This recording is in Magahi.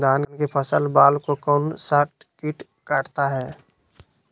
धान के बाल को कौन सा किट काटता है?